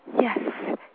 Yes